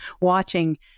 watching